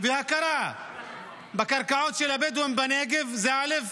והכרה בקרקעות של הבדואים בנגב, זה א',